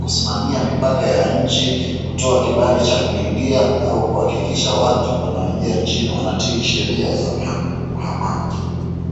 kusimamia mipaka ya nchi ,kutoa kibali cha kuingia au kuhakikisha watu wanaoingia nchini wanatii sheria za uhamaji.